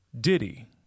Diddy